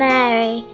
Mary